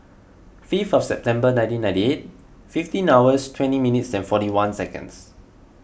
fifth of September nineteen ninety eight fifteen hours twenty minutes and forty one seconds